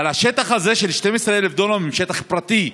אבל השטח הזה של 12,000 דונם הוא שטח פרטי.